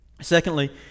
Secondly